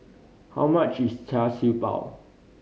how much is Char Siew Bao